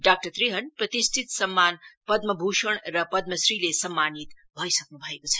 doctor Trehan प्रतिष्ठित सम्मान पदम भूषण र पद्मश्रीले सम्मानित भइसक्न् भएको छ